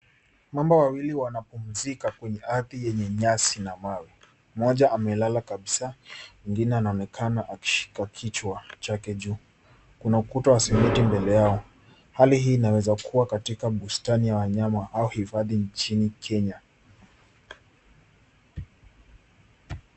Mamba wawili wanapumzika kwenye ardhi yenye nyasi na mawe. Mmoja amelala kabisa mwingine anaonekana akishika kichwa chake juu. Kuna ukuta wa simiti mbele yao. Hali hii inaweza kuwa katika bustani ya wanyama au hifadhi nchini Kenya.